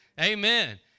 Amen